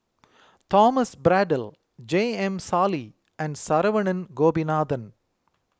Thomas Braddell J M Sali and Saravanan Gopinathan